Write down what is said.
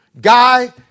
guy